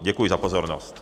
Děkuji za pozornost.